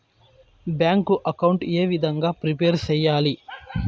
Bank account ఏ విధంగా prepare సెయ్యాలి?